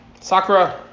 Sakura